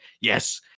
yes